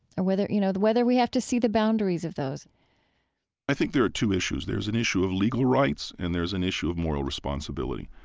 or whether, you know, whether we have to see the boundaries of those i think there are two issues. there's an issue of legal rights and there's an issue of moral responsibility.